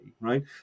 right